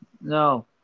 No